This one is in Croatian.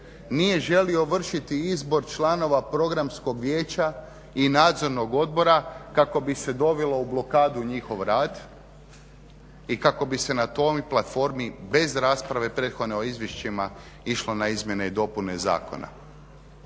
nije želio vršiti izbor članova Programskog vijeća i Nadzornog odbora kako bi se dovelo u blokadu njihov rad i kako bi se na toj platformi bez rasprave prethodne o izvješćima išlo na izmjene i dopune zakona.